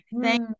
Thank